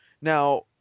now